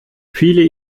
viele